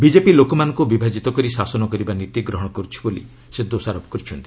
BJP ଲୋକମାନଙ୍କୁ ବିଭାଜିତ କରି ଶାସନ କରିବା ନୀତି ଗ୍ରହଣ କର୍ରଛି ବୋଲି ସେ ଦୋଷାରୋପ କରିଛନ୍ତି